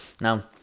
Now